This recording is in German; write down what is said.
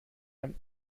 einem